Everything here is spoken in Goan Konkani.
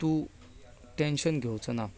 तूं टॅन्शन घेवचो ना